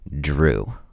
Drew